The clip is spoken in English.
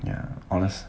ya honest